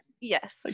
Yes